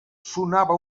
sonava